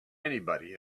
anybody